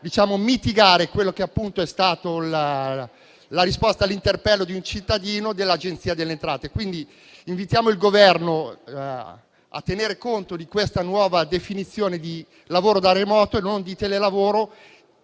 mitigare la risposta all'interpello di un cittadino dell'Agenzia delle entrate. Invitiamo il Governo a tenere conto di questa nuova definizione di lavoro da remoto e non di telelavoro